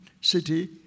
city